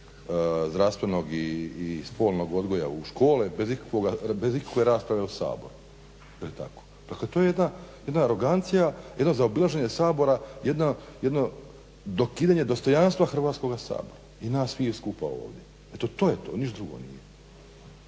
i spolnog odgoja u škole bez ikakve rasprave u Saboru. Jel' tako? Dakle to je jedna arogancija, jedno zaobilaženje Sabora, jedno dokidanje dostojanstva Hrvatskoga Sabora i nas sviju skupa ovdje. Eto to je to, niš drugo nije.